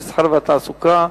המסחר והתעסוקה,